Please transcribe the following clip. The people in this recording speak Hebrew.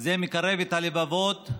זה מקרב את הלבבות,